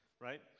right